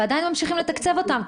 ועדיין ממשיכים לתקצב אותן,